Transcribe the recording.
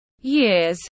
years